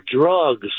drugs